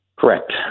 Correct